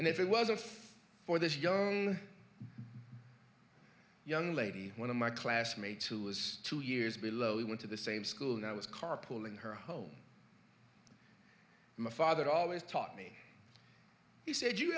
and if it wasn't for this young young lady one of my classmates who was two years below it went to the same school and i was carpooling her home my father always taught me he said you